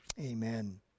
Amen